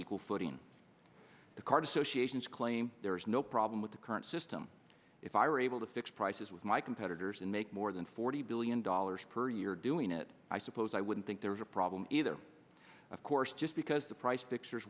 equal footing the card associations claim there is no problem with the current system if i were able to fix prices with my competitors and make more than forty billion dollars per year doing it i suppose i wouldn't think there was a problem either of course just because the price pictures